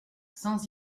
sans